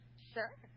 Sure